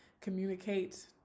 communicate